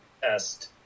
test